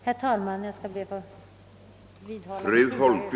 Herr talman! Jag ber att få vidhålla mitt tidigare framförda yrkande.